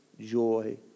joy